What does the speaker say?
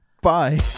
bye